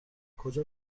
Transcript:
کجا